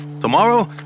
Tomorrow